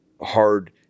hard